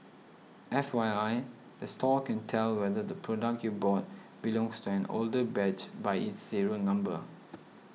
F Y I the store can tell whether the product you bought belongs to an older batch by its serial number